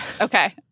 Okay